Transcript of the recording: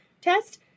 test